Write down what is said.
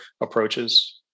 approaches